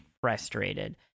frustrated